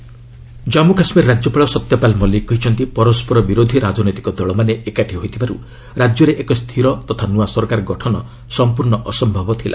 JK governor Jammu Kashmir ରାଜ୍ୟପାଳ ସତ୍ୟପାଲ ମଲ୍ଲିକ କହିଛନ୍ତି ପରସ୍କର ବିରୋଧୀ ରାଜନୈତିକ ଦଳମାନେ ଏକାଠି ହୋଇଥିବାରୁ ରାଜ୍ୟରେ ଏକ ସ୍ଥିର ତଥା ନ୍ନଆ ସରକାର ଗଠନ ସମ୍ପର୍ଣ୍ଣ ଅସମ୍ଭବ ଥିଲା